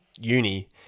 uni